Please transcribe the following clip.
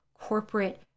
corporate